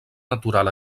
natural